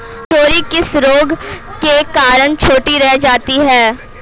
Cherry किस रोग के कारण छोटी रह जाती है?